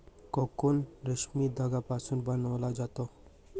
cocoon रेशीम धाग्यापासून बनवला जातो